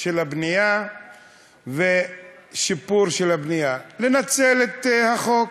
של הבנייה ושיפור של הבנייה, לנצל את החוק.